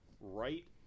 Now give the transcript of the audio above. right